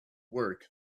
work